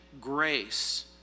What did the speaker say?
grace